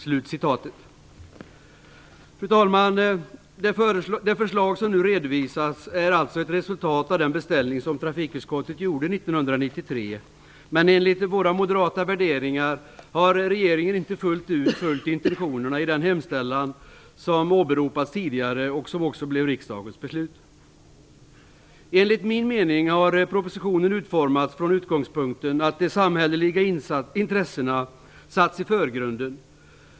Fru talman! Det förslag som nu redovisas är alltså ett resultat av den beställning som trafikutskottet gjorde 1993. Men enligt våra moderata värderingar har regeringen inte fullt ut följt intentionerna i den hemställan från trafikutskottet som nyss åberopats, och som också blev riksdagens beslut. Enligt min mening har propositionen utformats från utgångspunkten att de samhälleliga intressena sätts i förgrunden.